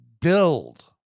build